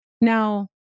Now